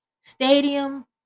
stadium